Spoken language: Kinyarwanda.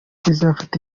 bizafata